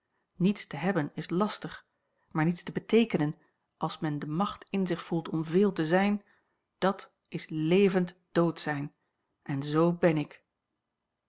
niets te hebben is lastig maar niets te beteekenen als men de macht in zich voelt om veel te zijn dat is levend dood zijn en z ben ik